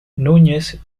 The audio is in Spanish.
núñez